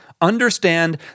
Understand